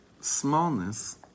smallness